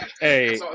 Hey